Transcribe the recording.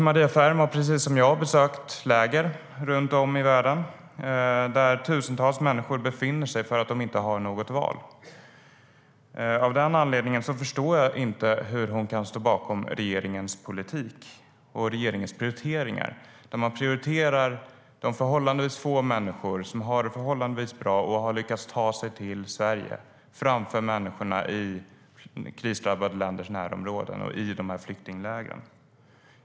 Maria Ferm har, precis som jag, besökt flyktingläger runt om i världen. Tusentals människor befinner sig i läger för att de inte har något val. Av den anledningen förstår jag inte hur hon kan stå bakom regeringens politik och regeringens prioriteringar, när regeringen prioriterar de förhållandevis få människor som har det förhållandevis bra och har lyckats ta sig till Sverige, framför människorna i krisdrabbade länders närområden och i flyktinglägren.